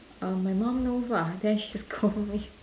err my mum knows !wah! then she scold me